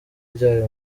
ryayo